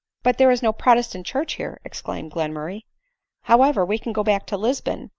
but there is no pijotestant church here, exclaimed glenmurray however, we can go back to lisbon,